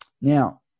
Now